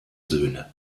söhne